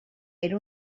era